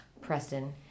Preston